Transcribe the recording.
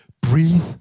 breathe